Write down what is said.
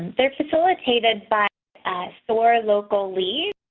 they're facilitated by four local lead.